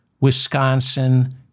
Wisconsin